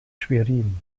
schwerin